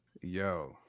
Yo